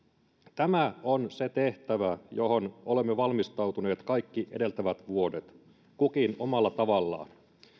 tämä on se tehtävä johon olemme valmistautuneet kaikki edeltävät vuodet kukin omalla tavallaan